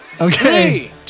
okay